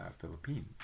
Philippines